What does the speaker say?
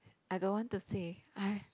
I don't want to say I